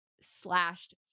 slashed